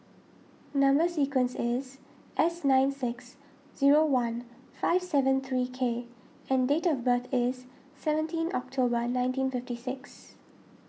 Number Sequence is S nine six zero one five seven three K and date of birth is seventeen October nineteen fifty six